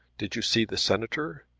did you see the senator?